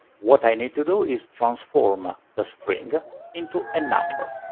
what i need to do is transform ah the string ah into a number.